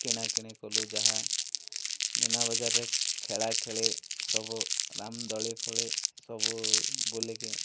କିଣାକିଣି କଲୁ ଯାହା ମୀନା ବଜାରରେ ଖେଳା ଖେଳି ସବୁ ରାମ ଦଳି ଫଳି ସବୁ ବୁଲିକି